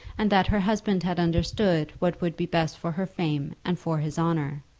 and that her husband had understood what would be best for her fame and for his honour.